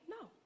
No